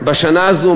בשנה הזו.